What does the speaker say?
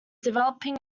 developing